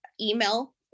email